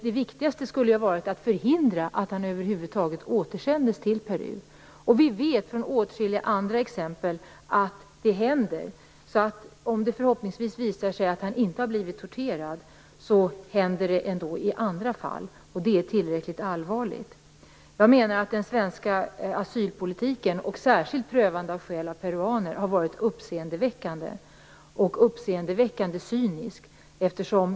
Det viktigaste skulle ha varit att förhindra att Flores över huvud taget återsändes till Peru. Vi vet från åtskilliga andra exempel att det händer. Om det förhoppningsvis visar sig att han inte har blivit torterad så händer det ändå i andra fall, och det är tillräckligt allvarligt. Jag menar att den svenska asylpolitiken, särskilt prövningen av skäl för peruaner, har varit uppseendeväckande cynisk.